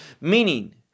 Meaning